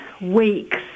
weeks